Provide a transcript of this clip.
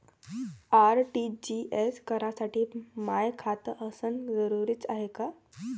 RTGS करासाठी माय खात असनं जरुरीच हाय का?